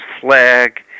flag